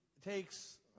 takes